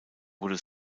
wurde